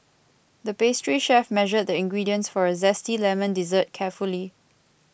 the pastry chef measured the ingredients for a Zesty Lemon Dessert carefully